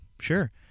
sure